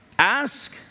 Ask